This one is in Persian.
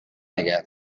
نگه